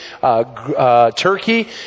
Turkey